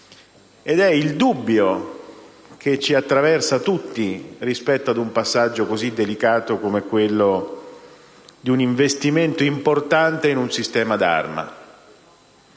ed è il dubbio che ci attraversa tutti rispetto a un passaggio così delicato come è quello di un investimento importante in un sistema d'arma.